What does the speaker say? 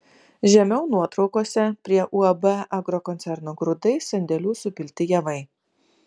žemiau nuotraukose prie uab agrokoncerno grūdai sandėlių supilti javai